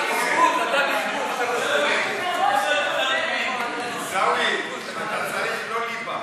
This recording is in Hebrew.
לא יצפה להמשך של עיסאווי, לא לשיר, לא לבדיחות,